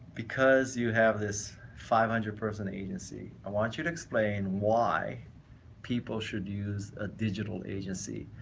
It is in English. because you have this five hundred person agency, i want you to explain why people should use a digital agency?